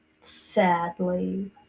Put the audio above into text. sadly